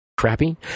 crappy